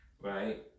right